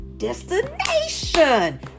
destination